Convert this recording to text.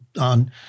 on